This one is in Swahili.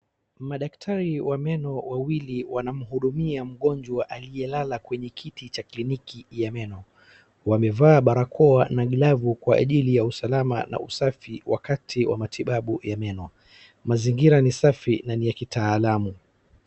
Madaktari wa meno wawili wanamhudumia mgojwa aliyelala kwenye kiti cha kliniki ya meno. Wamevaa barakoa na glavu kwa ajili ya usalama na usafi wakati wa matibabu ya meno. Mazingira ni safi na ni ya kitaalamu.